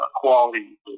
quality